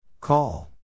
Call